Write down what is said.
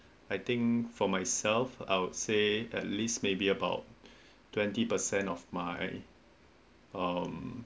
I think for myself I would say at least maybe about twenty percent of my um